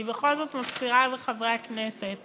אני בכל זאת מפצירה בחברי הכנסת